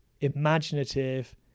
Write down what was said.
imaginative